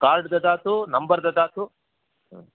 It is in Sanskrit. कार्ड् ददातु नम्बर् ददातु